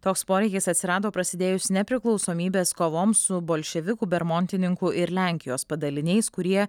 toks poreikis atsirado prasidėjus nepriklausomybės kovoms su bolševikų bermontininkų ir lenkijos padaliniais kurie